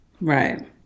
Right